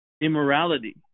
immorality